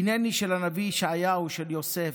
"הינני" של הנביא ישעיהו, של יוסף,